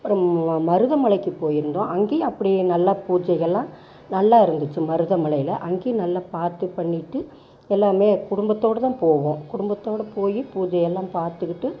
அப்புறம் ம மருதமலைக்கு போயிருந்தோம் அங்கேயும் அப்படியே நல்லா பூஜைகெல்லாம் நல்லா இருந்துச்சு மருதமலையில் அங்கேயும் நல்லா பார்த்து பண்ணிவிட்டு எல்லாருமே குடும்பத்தோடு தான் போவோம் குடும்பத்தோடு போய் பூஜை எல்லாம் பார்த்துக்கிட்டு